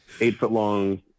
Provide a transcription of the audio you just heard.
eight-foot-long